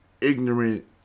ignorant